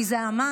כי זה המים,